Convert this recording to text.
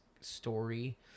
story